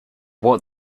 what